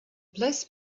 bless